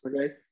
okay